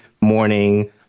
morning